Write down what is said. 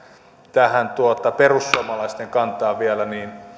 tähän perussuomalaisten kantaan vielä